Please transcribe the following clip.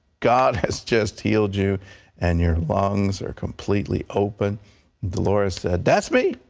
god has just healed you and your lungs are completely open. the dolores said, that's me,